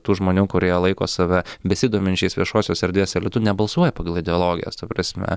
tų žmonių kurie laiko save besidominčiais viešosios erdvės elitu nebalsuoja pagal ideologijas ta prasme